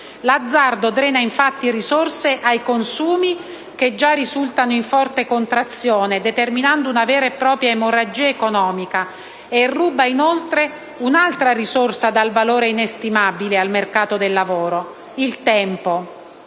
L'azzardo drena infatti risorse ai consumi, che già risultano in forte contrazione, determinando una vera e propria emorragia economica, e ruba inoltre un'altra risorsa dal valore inestimabile al mercato del lavoro, il tempo.